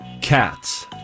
Cats